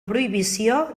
prohibició